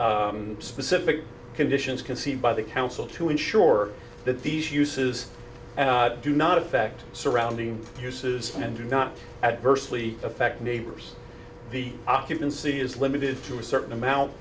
the specific conditions conceived by the council to ensure that these uses do not affect surrounding uses and do not at bursley affect neighbors the occupancy is limited to a certain amount